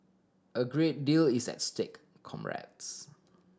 a great deal is at stake comrades